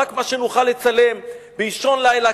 רק מה שנוכל לצלם באישון לילה,